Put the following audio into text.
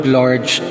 large